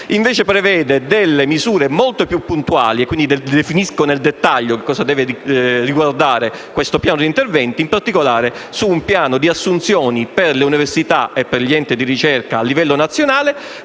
prevede invece delle misure molto più puntuali, che definiscono nel dettaglio cosa deve riguardare questo piano di interventi, in particolare un piano di assunzioni per le università e per gli enti di ricerca a livello nazionale,